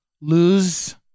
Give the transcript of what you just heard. Lose